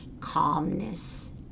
calmness